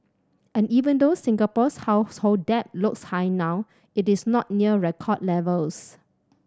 and even though Singapore's household debt looks high now it is not near record levels